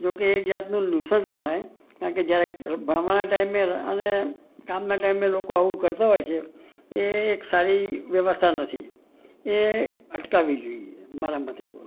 જો કે એક જાતનું નુશન્સ ગણાય છે કારણ કે જયારે ભણવાના ટાઈમે અને કામના ટાઈમે લોકો આવું કરતા હોય છે એ એક સારી વ્યવસ્થા નથી એ અટકાવવી જોઈએ મારા મતે તો